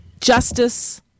justice